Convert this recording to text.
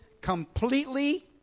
completely